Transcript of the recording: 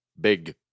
big